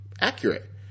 accurate